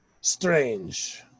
strange